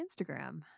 Instagram